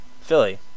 Philly